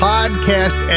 Podcast